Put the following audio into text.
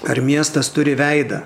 ar miestas turi veidą